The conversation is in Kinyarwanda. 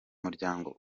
muryango